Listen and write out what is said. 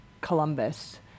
Columbus